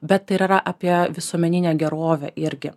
bet ir yra apie visuomeninę gerovę irgi